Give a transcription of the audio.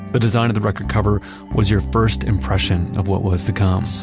the design of the record cover was your first impression of what was to come.